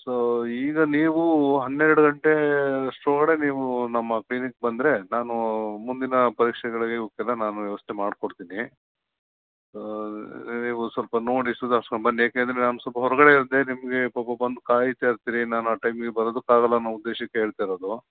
so ಈಗ ನೀವು ಹನ್ನೆರಡು ಗಂಟೇ ಅಷ್ಟರೊಳ್ಗಡೆ ನೀವು ನಮ್ಮ ಕ್ಲಿನಿಕ್ ಬಂದರೆ ನಾನು ಮುಂದಿನ ಪರೀಕ್ಷೆಗಳಿಗೆ ಇವುಕ್ಕೆಲ್ಲ ನಾನು ವ್ಯವಸ್ಥೆ ಮಾಡಿಕೊಡ್ತಿನಿ ನೀವು ಸ್ವಲ್ಪ ನೋಡಿ ಸುಧಾರ್ಸ್ಕೊಂಡು ಬನ್ನಿ ಯಾಕೆಂದ್ರೆ ನಾನು ಸ್ವಲ್ಪ ಹೊರಗಡೆ ಇದ್ದೆ ನಿಮಗೆ ಪಾಪ ಬಂದು ಕಾಯ್ತಇರ್ತಿರಿ ನಾನು ಆ ಟೈಮಿಗೆ ಬರೋದಿಕ್ಕೆ ಆಗೊಲ್ಲ ಅನ್ನೋ ಉದ್ದೇಶಕ್ಕೆ ಹೇಳ್ತಿರೋದು